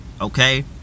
Okay